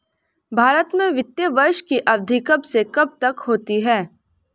भारत में वित्तीय वर्ष की अवधि कब से कब तक होती है?